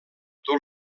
tot